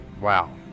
Wow